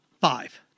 Five